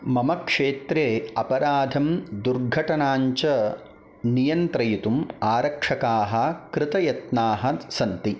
मम क्षेत्रे अपराधं दुर्घटनाञ्च नियन्त्रयितुम् आरक्षकाः कृतयत्नाः सन्ति